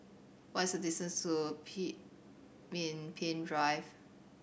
what is the distance to Pemimpin Drive